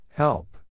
Help